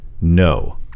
no